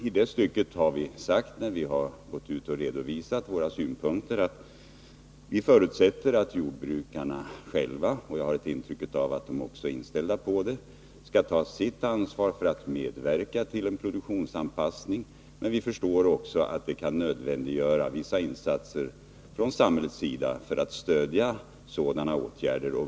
I det stycket har vi sagt, när vi gått ut och redovisat våra synpunkter, att vi förutsätter att jordbrukarna själva skall ta sitt ansvar — jag har ett intryck av att de också är inställda på det —för att medverka till en produktionsanpassning. Men vi förstår också att det kan bli nödvändigt med vissa insatser från samhällets sida för att stödja sådana åtgärder.